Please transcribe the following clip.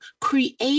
create